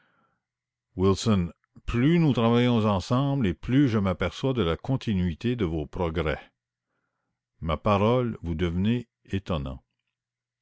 wilson plus nous travaillons ensemble et plus je m'aperçois de vos progrès ma parole vous devenez étonnant